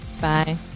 Bye